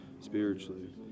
spiritually